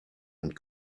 und